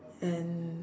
and